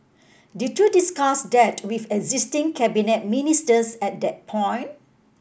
did you discuss that with existing cabinet ministers at that point